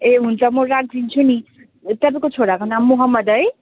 ए हुन्छ म राखिदिन्छु नि तपाईँको छोराको नाम मोहम्मद है